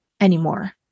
anymore